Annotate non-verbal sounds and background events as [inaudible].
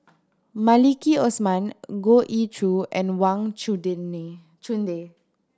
Maliki Osman Goh Ee Choo and Wang [unintelligible] Chunde